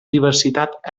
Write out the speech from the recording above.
diversitat